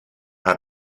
her